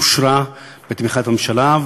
אושרה בתמיכת הממשלה,